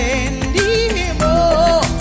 anymore